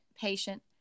patient